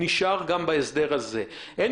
אין